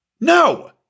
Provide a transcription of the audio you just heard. No